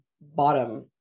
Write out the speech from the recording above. bottom